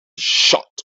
shot